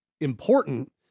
important